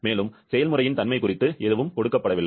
மேலும் செயல்முறையின் தன்மை குறித்து எதுவும் கொடுக்கப்படவில்லை